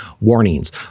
warnings